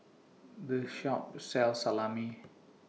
This Shop sells Salami